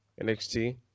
NXT